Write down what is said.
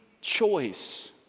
choice